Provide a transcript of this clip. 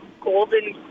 golden